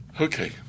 okay